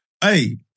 Hey